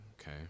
okay